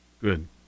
Good